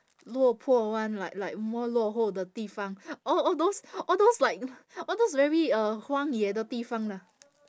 落魄 [one] like like more 落后的地方 all all those all those like all those very uh 荒野的地方啦